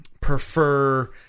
prefer